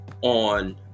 on